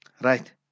right